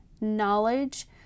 knowledge